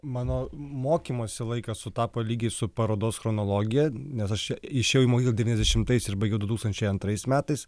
mano mokymosi laikas sutapo lygiai su parodos chronologija nes aš išėjau į mokyklą devyniasdešimtais ir baigiau du tūkstančiai antrais metais